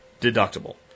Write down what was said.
deductible